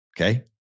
okay